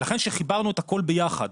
ולכן כשחיברנו את הכל ביחד